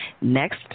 Next